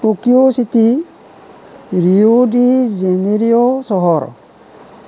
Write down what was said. Tokyo city Rio de Janeiro চহৰ